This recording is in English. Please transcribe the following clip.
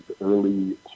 early